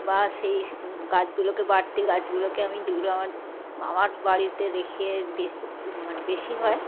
বা সেইস গাছগুলোকে বাড়তি গাছগুলোকে আমি যেগুলো আমার আমার বাড়িতে রেখে বে ও ও মানে বেশি হয়